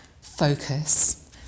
Focus